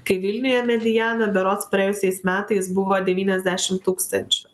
kai vilniuje mediana berods praėjusiais metais buvo devyniasdešim tūkstančių